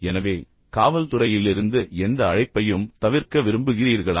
எனவே காவல்துறையிலிருந்து எந்த அழைப்பையும் தவிர்க்க விரும்புகிறீர்களா